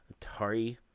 Atari